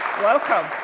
Welcome